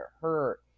hurt